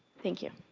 thank you.